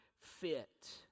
fit